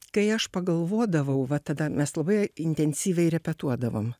kai aš pagalvodavau va tada mes labai intensyviai repetuodavom